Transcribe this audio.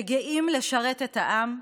שגאים לשרת את העם,